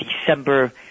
December